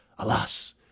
Alas